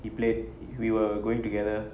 we played we were going together